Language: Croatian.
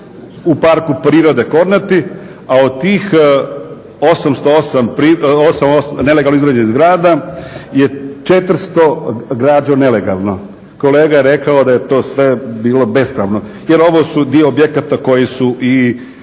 u Parku prirode Kornati, a od tih 808 nelegalno izgrađenih zgrada je 400 građeno nelegalno. Kolega je rekao da je to sve bilo bespravno, jer ovo su dio objekata koji su i